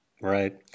Right